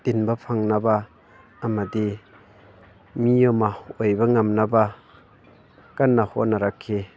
ꯇꯤꯟꯕ ꯐꯪꯅꯕ ꯑꯃꯗꯤ ꯃꯤ ꯑꯃ ꯑꯣꯏꯕ ꯉꯝꯅꯕ ꯀꯟꯅ ꯍꯣꯠꯅꯔꯛꯈꯤ